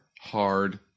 hard